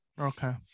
okay